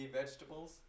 Vegetables